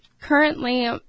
currently